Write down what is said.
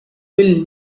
will